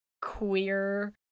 queer